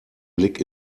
blick